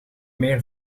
meer